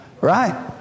Right